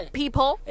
people